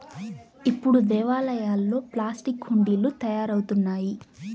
ఇప్పుడు దేవాలయాల్లో ప్లాస్టిక్ హుండీలు తయారవుతున్నాయి